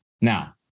now